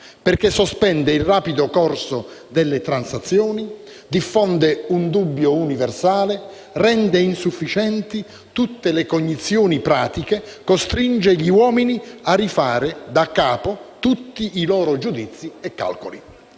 perché sospende il rapido corso delle transazioni, diffonde una dubbiezza universale, rende insufficienti tutte le cognizioni pratiche, costringe gli uomini a rifar da capo tutti i loro giudizi e calcoli».